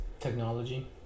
Technology